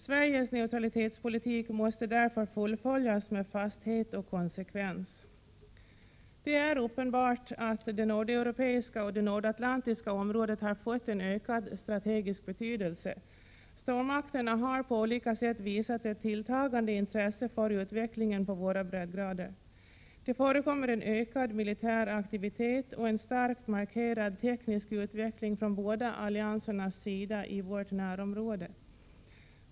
Sveriges neutralitetspolitik måste därför fullföljas med fasthet och konsekvens. Det är uppenbart att det nordeuropeiska och det nordatlantiska området har fått en ökad strategisk betydelse. Stormakterna har på olika sätt visat ett tilltagande intresse för utvecklingen på våra breddgrader. Det förekommer en ökad militär aktivitet och en starkt markerad teknisk utveckling från båda alliansernas sida i vårt närområde.